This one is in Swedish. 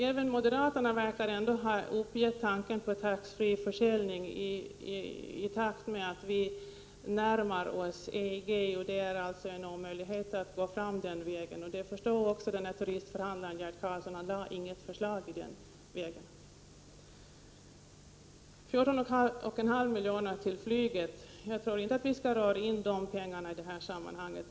Även moderaterna verkar nu ha uppgett tanken på taxfreeförsäljning i takt med att vi närmar oss EG. Det är alltså en omöjlighet att gå fram den vägen, och det förstod också turistförhandlaren Gert Karlsson, som därför inte lade fram något förslag i den vägen. 14,5 miljoner till flyget talade Rolf Clarkson om. Jag tror inte att vi skall dra in de pengarna i det här sammanhanget.